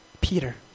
Peter